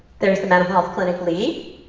there's the mental health clinic lead.